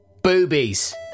Boobies